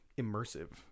immersive